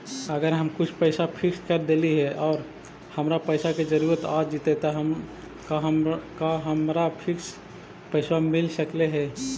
अगर हम कुछ पैसा फिक्स कर देली हे और हमरा पैसा के जरुरत आ जितै त का हमरा फिक्स पैसबा मिल सकले हे?